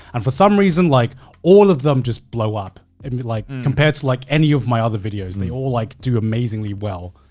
and for some reason, like all of them just blow up. i mean like compared to like any of my other videos, they all like do amazingly well.